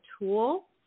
tool